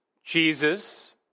Jesus